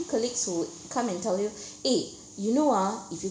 colleagues who come and tell you eh you know ah if you